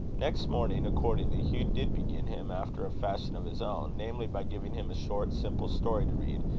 next morning, accordingly, hugh did begin him, after a fashion of his own namely, by giving him a short simple story to read,